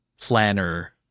planner